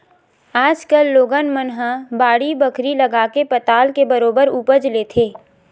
आज कल लोगन मन ह बाड़ी बखरी लगाके पताल के बरोबर उपज लेथे